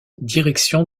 direction